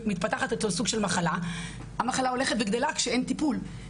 ומתפתחת אצלו סוג של מחלה - המחלה הולכת וגדלה כשאין טיפול,